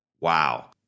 Wow